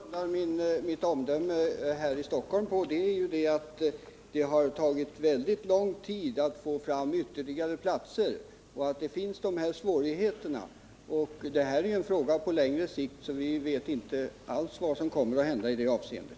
Herr talman! Vad jag grundar mitt omdöme beträffande förhållandena här i Stockholm på är det faktum att det har tagit väldigt lång tid att få fram ytterligare platser och att svårigheter finns. Det här är en fråga som skall lösas på längre sikt, så vi vet inte alls vad som kommer att hända i det avseendet.